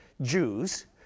Jews